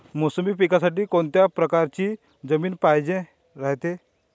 मोसंबी पिकासाठी कोनत्या परकारची जमीन पायजेन रायते?